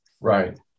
Right